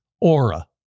Aura